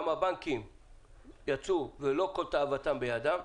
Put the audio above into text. גם הבנקים יצאו ולא כל תאוותם בידם,